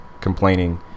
complaining